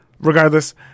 Regardless